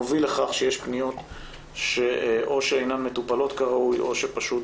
מובילה לכך שיש פניות שאו אינן מטופלות כראוי או שפשוט